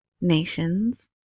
nations